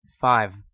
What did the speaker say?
Five